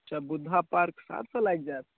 अच्छा बुद्धा पार्क सात सए लागि जायत